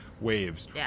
Waves